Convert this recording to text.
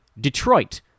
Detroit